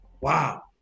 Wow